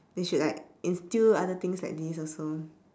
they should like instil other things like this also